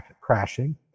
crashing